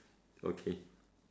okay